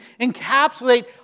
encapsulate